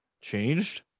changed